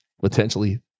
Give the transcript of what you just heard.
Potentially